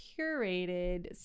curated